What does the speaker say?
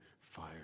fire